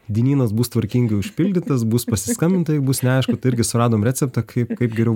dienynas bus tvarkingai užpildytas bus pasiskambinta jeigu bus neaišku tai irgi suradom receptą kaip kaip geriau